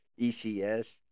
ECS